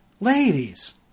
Ladies